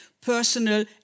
personal